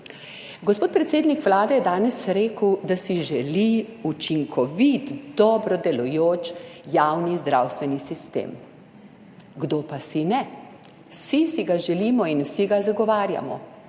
Gospod predsednik Vlade je danes rekel, da si želi učinkovit, dobro delujoč javni zdravstveni sistem. Kdo pa si ne? Vsi si ga želimo in vsi ga zagovarjamo,